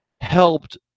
helped